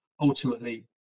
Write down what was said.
ultimately